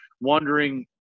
wondering